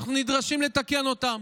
ואנחנו נדרשים לתקן אותם.